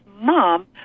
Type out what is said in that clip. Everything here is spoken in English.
mom